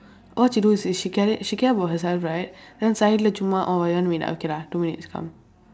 all she do is is she she care she care about herself right then suddenly orh you want to meet ah two minutes come